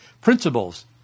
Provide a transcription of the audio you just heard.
principles